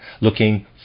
looking